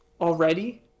already